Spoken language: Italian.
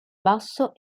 basso